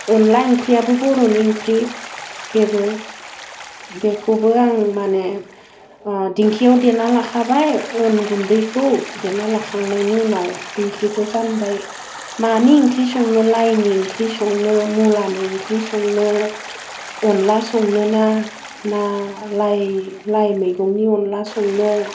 अनला ओंख्रियाबो बर'नि ओंख्रि बेबो बेखौबो आं मानि दिंखियाव देना लाखाबाय अन गुन्दैखौ देना लाखांनायनि उनाव ओंख्रिखौ जानबाय मानि ओंख्रि संनो लाइनि ओंख्रि संनो मुलानि ओंख्रि संनो अनला संनोना ना लाइ मैगंनि अनला संनो